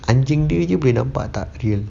anjing dia jer boleh nampak tak clear